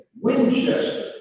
Winchester